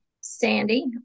Sandy